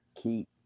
keep